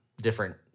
different